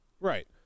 right